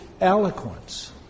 eloquence